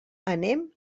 anem